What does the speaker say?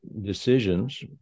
decisions